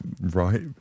right